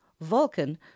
Vulcan